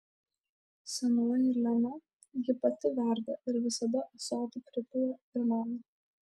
senoji lena jį pati verda ir visada ąsotį pripila ir man